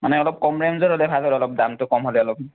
মানে অলপ কম ৰেঞ্জত হ'লে ভাল হ'ল হয় অলপ দামটো কম হ'লে অলপ